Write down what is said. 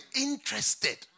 interested